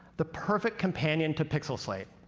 the perfect companion to pixel slate.